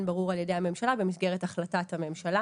ברור על ידי הממשלה במסגרת החלטת הממשלה